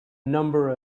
number